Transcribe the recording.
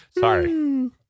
Sorry